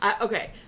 Okay